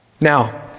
Now